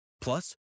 Plus